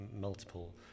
multiple